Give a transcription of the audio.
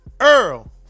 Earl